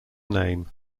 name